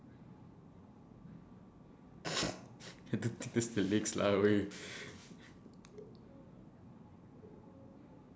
don't diss the legs lah !oi!